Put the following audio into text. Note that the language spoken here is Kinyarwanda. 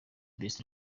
best